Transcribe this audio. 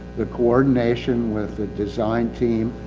the coordination with the design team,